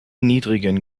niedrigen